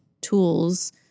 tools